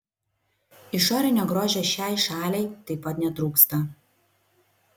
išorinio grožio šiai šaliai taip pat netrūksta